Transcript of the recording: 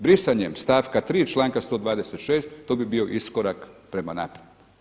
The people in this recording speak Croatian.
Brisanjem stavka 3. članka 126. to bi bio iskorak prema naprijed.